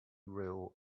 real